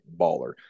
baller